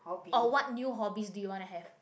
or what new hobbies do you want to have